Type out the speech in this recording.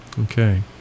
Okay